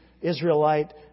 Israelite